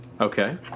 Okay